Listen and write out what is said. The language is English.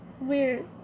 weird